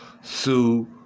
sue